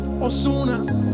Osuna